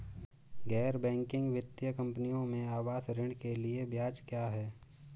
गैर बैंकिंग वित्तीय कंपनियों में आवास ऋण के लिए ब्याज क्या है?